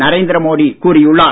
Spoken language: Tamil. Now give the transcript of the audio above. நரேந்திர மோடி கூறியுள்ளார்